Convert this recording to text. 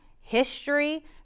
history